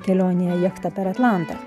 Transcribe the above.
kelionėje jachta per atlantą